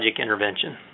intervention